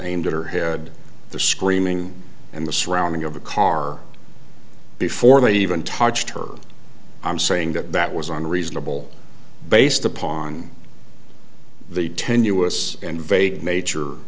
aimed at her head the screaming and the surrounding of the car before they even touched her i'm saying that that was unreasonable based upon the tenuous and vague nature